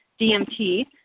DMT